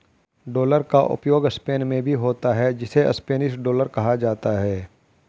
dollar का प्रयोग Spain में भी होता है जिसे स्पेनिश डॉलर कहा जाता है